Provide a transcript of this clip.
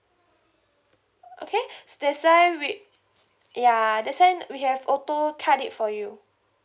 okay that's why we ya that's why we have auto cut it for you